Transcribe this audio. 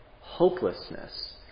Hopelessness